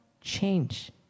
change